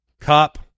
Cup